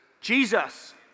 Jesus